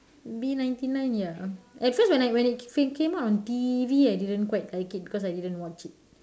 B ninety nine ya at first when I when it first came on T_V I didn't quite like it because I didn't watch it